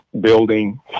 building